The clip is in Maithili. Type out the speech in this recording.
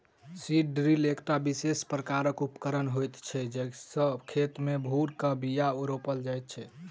सीड ड्रील एकटा विशेष प्रकारक उपकरण होइत छै जाहि सॅ खेत मे भूर क के बीया रोपल जाइत छै